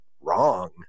wrong